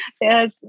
Yes